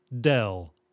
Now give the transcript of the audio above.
Dell